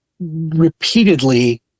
repeatedly